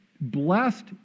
Blessed